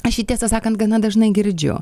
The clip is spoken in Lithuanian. aš jį tiesą sakant gana dažnai girdžiu